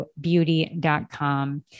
beauty.com